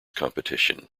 competition